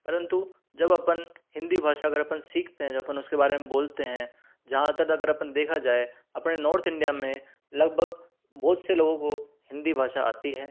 परंतु जब अपन हिंदी भाषा अगर अपन सीखते हैं जब अपन उसके बारे में बोलते हैं जहाँ तक अगर अपन देखा जाए अपने नॉर्थ इंडिया में लगभग बहुत से लोगों को हिंदी भाषा आती हैं